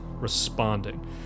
responding